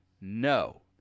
no